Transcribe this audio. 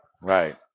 Right